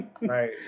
Right